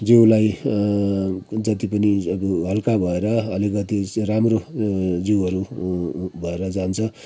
जिउलाई जति पनि अब हल्का भएर अलिकति चाहिँ राम्रो जिउहरू भएर जान्छ